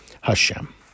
Hashem